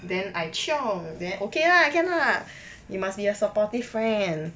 then I chiong then okay lah can lah you must be a supportive friend